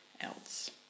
else